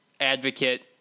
advocate